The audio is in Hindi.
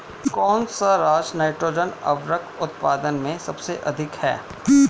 कौन सा राज नाइट्रोजन उर्वरक उत्पादन में सबसे अधिक है?